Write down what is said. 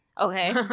Okay